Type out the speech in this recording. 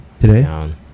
Today